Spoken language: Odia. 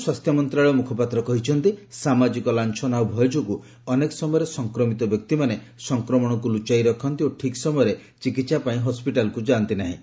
ସ୍ୱାସ୍ଥ୍ୟ ମନ୍ତ୍ରଣାଳୟ ମୁଖପାତ୍ର କହିଛନ୍ତି ସାମାଜିକ ଲାଞ୍ଚନା ଓ ଭୟ ଯୋଗୁଁ ଅନେକ ସମୟରେ ସଂକ୍ରମିତ ବ୍ୟକ୍ତିମାନେ ସଂକ୍ରମଣକୁ ଲୁଚାଇ ରଖନ୍ତି ଓ ଠିକ୍ ସମୟରେ ଚିକିତ୍ସା ପାଇଁ ହସ୍କିଟାଲକୁ ଯାଆନ୍ତି ନାହିଁ